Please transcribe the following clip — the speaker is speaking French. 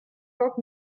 vingt